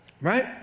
Right